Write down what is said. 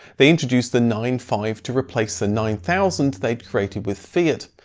they introduced the nine five to replace the nine thousand they'd created with fiat.